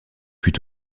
fut